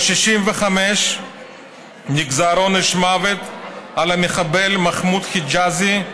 ב-1965 נגזר עונש מוות על המחבל מחמוד חיג'אזי,